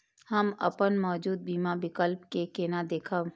हम अपन मौजूद बीमा विकल्प के केना देखब?